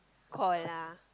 call lah